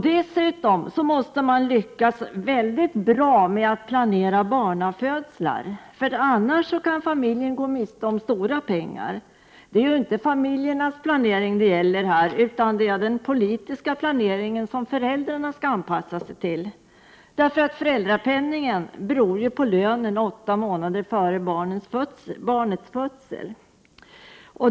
Dessutom måste de lyckas mycket bra med att planera barnafödslar, annars kan familjen nämligen gå miste om stora pengar. Det är inte föräldrarnas planering det gäller, utan det är den politiska planeringen som föräldrarna skall anpassa sig till. Föräldrapenningens storlek beror på lönen åtta månader före barnets födelse.